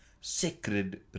sacred